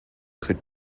could